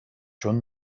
چون